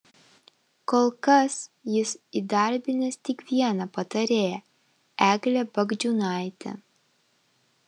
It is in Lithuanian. kol kas jis įdarbinęs tik vieną patarėją eglę bagdžiūnaitę